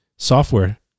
Software